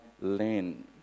land